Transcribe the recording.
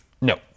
No